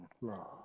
love